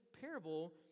parable